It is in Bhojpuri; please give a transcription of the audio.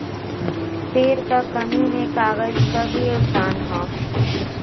पेड़ क कमी में कागज क भी योगदान हौ